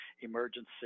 emergency